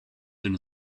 soon